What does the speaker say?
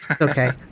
Okay